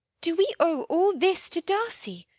do we owe all this to darcy?